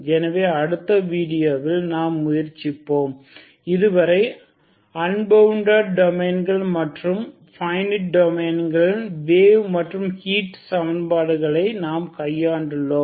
எனவே அடுத்த வீடியோவில் நாம் முயற்சிப்போம் இதுவரை அன் பவுண்டட் டொமைன்கள் மற்றும் பைனிட் டொமைன்கள் வேவ் மற்றும் ஹீட் சமன்பாடுகளை நாம் கையாண்டோம்